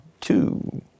two